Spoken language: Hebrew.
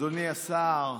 אולי תיקח את חצי השעה שלי?